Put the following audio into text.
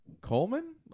Coleman